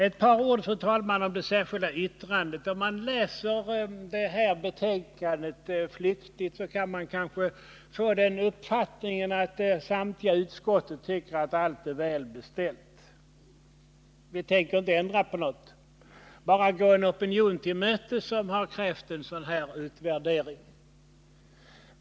Ett par ord, fru talman, om det särskilda yttrandet. Om man läser betänkandet flyktigt kan man kanske få den uppfattningen att samtliga ledamöter i utskottet tycker att allt är väl beställt. Vi tänker inte ändra på någonting, utan bara gå en opinion till mötes som har krävt en utvärdering.